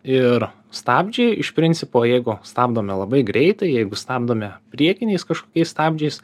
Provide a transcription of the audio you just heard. ir stabdžiai iš principo jeigu stabdome labai greitai jeigu stabdome priekiniais kažkokiais stabdžiais